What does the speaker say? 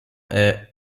est